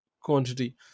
quantity